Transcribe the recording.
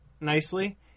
nicely